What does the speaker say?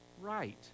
right